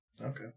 Okay